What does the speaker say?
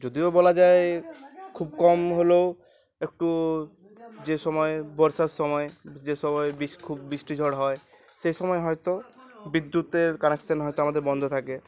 যদিও বলা যায় খুব কম হলেও একটু যে সময় বর্ষার সময় যে সময় খুব বৃষ্টি ঝড় হয় সেই সময় হয়তো বিদ্যুতের কানেকশান হয়তো আমাদের বন্ধ থাকে